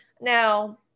Now